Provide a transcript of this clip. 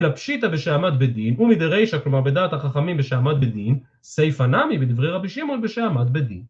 פשיטא ושעמד בדין, ומדרשי, כלומר בדעת החכמים ושעמד בדין, סיפא נמי בדברי רבי שמעון ושעמד בדין.